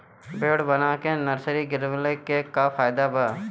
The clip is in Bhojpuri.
बेड बना के नर्सरी गिरवले के का फायदा बा?